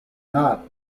not